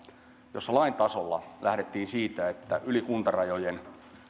jossa lain tasolla lähdettiin siitä että yli kuntarajojen